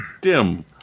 dim